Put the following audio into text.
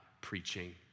preaching